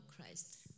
Christ